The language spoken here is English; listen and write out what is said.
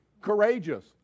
courageous